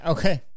Okay